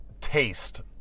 taste